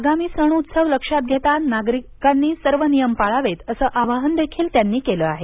आगामी सण उत्सव लक्षात घेता नागरिकांनी सर्व नियम पाळावेत असं आवाहनदेखील त्यांनी केलं आहे